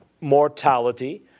mortality